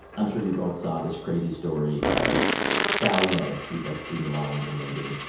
i'm sure you both saw this crazy story of sallie mae, who does student loans and lending.